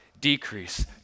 decrease